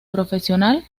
profesional